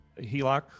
HELOC